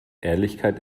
ehrlichkeit